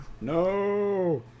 No